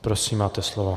Prosím, máte slovo.